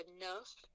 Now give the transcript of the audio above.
enough